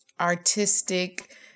artistic